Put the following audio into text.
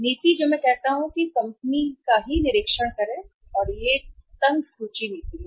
नीति जो मैं कहता हूं या जो कंपनी ही है निरीक्षण करें कि यह एक तंग सूची नीति है